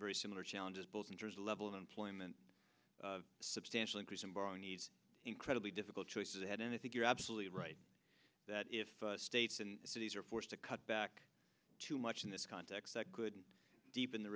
very similar challenges both injures a level of unemployment a substantial increase in borrowing needs incredibly difficult choices ahead and i think you're absolutely right that if states and cities are forced to cut back too much in this context that could deep in the